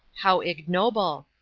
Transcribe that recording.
how ignoble!